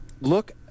look